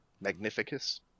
magnificus